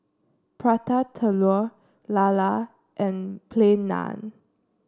Prata Telur lala and Plain Naan